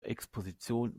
exposition